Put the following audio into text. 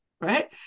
right